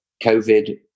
COVID